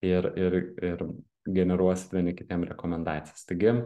ir ir ir generuosit vieni kitiem rekomendacijas taigi